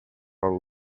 are